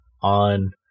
on